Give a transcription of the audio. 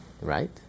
Right